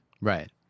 Right